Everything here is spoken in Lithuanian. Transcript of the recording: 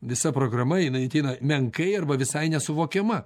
visa programa jinai ateina menkai arba visai nesuvokiama